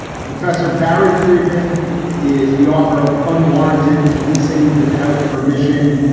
professor barry freedman is the author of unwarranted policing without permission.